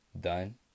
done